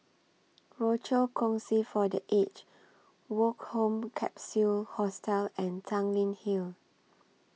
Rochor Kongsi For The Aged Woke Home Capsule Hostel and Tanglin Hill